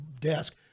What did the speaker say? desk